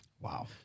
Wow